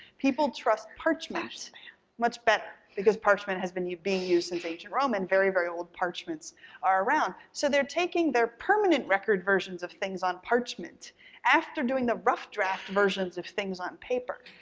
people trust parchment much better because parchment has been being used since ancient rome and very, very old parchments are around so they're taking their permanent record versions of things on parchment after doing the rough draft versions of things on paper,